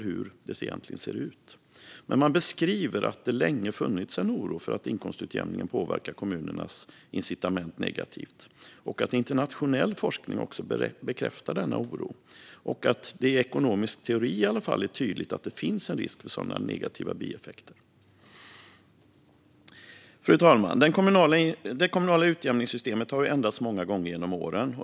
Man beskriver dock att det länge funnits en oro för att inkomstutjämningen påverkar kommunernas incitament negativt och att internationell forskning också bekräftar denna oro samt att det i alla fall i ekonomisk teori är tydligt att det finns en risk för sådana negativa bieffekter. Fru talman! Det kommunala utjämningssystemet har ändrats många gånger genom åren.